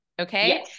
Okay